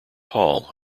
hall